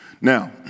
Now